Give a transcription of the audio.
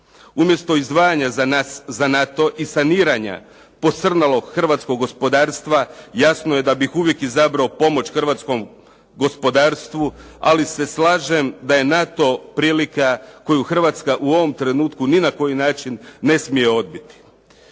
Umjesto izdvajanja za NATO i saniranja posrnulog hrvatskog gospodarstva, jasno je da bih uvijek izabrao pomoć hrvatskom gospodarstvu, ali se slažem da je NATO prilika koju Hrvatska u ovom trenutku ni na koji način ne smije odbiti.